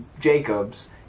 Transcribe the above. Jacobs